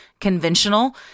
conventional